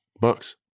Bucks